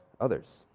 others